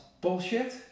Bullshit